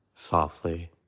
Softly